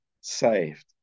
saved